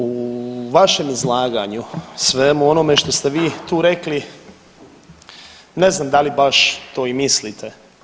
U vašem izlaganju i svemu onome što ste vi tu rekli ne znam da li baš to i mislite.